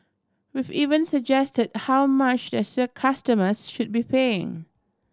we've even suggest how much their customers should be paying